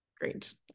great